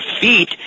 feet